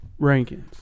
rankings